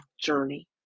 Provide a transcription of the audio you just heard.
journey